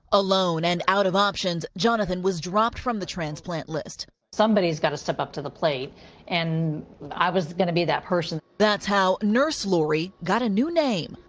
alone and out of options, jonathan was dropped from the transplant list. somebody's got to step up to the plate and i was going to be that person. reporter that's how nurse laurie got a new name.